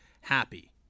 happy